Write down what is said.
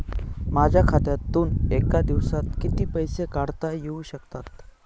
माझ्या खात्यातून एका दिवसात किती पैसे काढता येऊ शकतात?